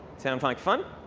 sound like fun?